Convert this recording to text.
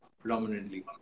predominantly